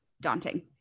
daunting